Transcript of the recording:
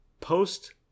post